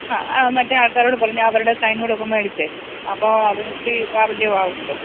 ആ മറ്റെ ആൾക്കാരോട് കൂടെ പറഞ്ഞ് അവരുടെ സൈനൂടെ ഒക്കെ മേടിച്ച് അപ്പോൾ അത് ഇച്ചിരി പ്രാബല്യം ആകുമല്ലൊ